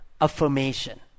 affirmation